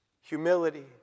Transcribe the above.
humility